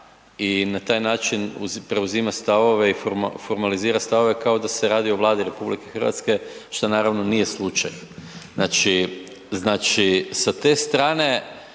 i na taj način preuzima stavove i formalizira stavove kao da se radi o Vladi RH što naravno nije slučaj. Znači, znači sa te strane